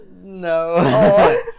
No